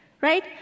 right